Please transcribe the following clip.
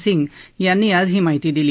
सिंग यांनी आज ही माहिती दिली